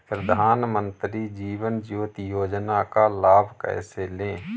प्रधानमंत्री जीवन ज्योति योजना का लाभ कैसे लें?